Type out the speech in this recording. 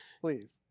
please